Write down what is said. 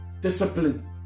discipline